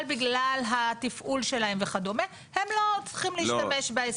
אבל בגלל התפעול שלהם וכדומה הם לא צריכים להשתמש בהספק.